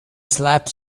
slept